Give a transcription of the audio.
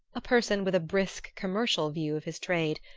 a person with a brisk commercial view of his trade,